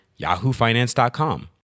yahoofinance.com